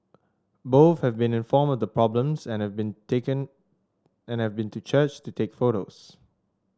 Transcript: both have been informed of the problems and have been taken and have been to church to take photos